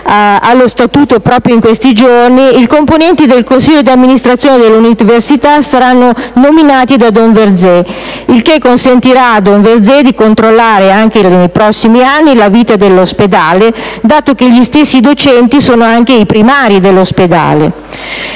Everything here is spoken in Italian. allo statuto proprio in questi giorni, i componenti del consiglio di amministrazione dell'università saranno nominati da don Verzé, cosa che consentirà a quest'ultimo di controllare anche nei prossimi anni la vita dell'ospedale, dato che gli stessi docenti sono anche i primari della